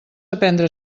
aprendre